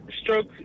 stroke